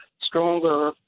stronger